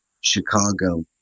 Chicago